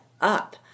up